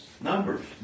Numbers